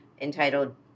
entitled